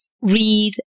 read